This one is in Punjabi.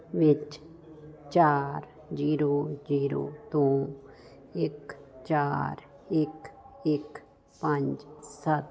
ਵਿੱਚ ਚਾਰ ਜੀਰੋ ਜੀਰੋ ਤੋਂ ਇੱਕ ਚਾਰ ਇੱਕ ਇੱਕ ਪੰਜ ਸੱਤ